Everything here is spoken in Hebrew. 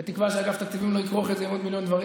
בתקווה שאגף תקציבים לא יכרוך את זה עם עוד מיליון דברים,